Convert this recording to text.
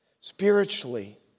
Spiritually